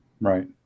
Right